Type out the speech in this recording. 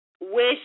wish